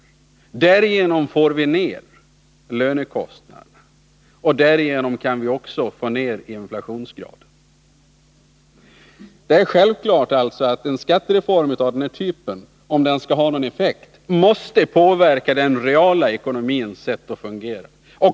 Därigenom får vi ned lönekostnaderna och inflationsgraden. En skattereform av detta slag måste självfallet, om den skall ha någon effekt, påverka den reala ekonomins sätt att fungera.